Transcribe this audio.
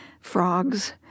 frogs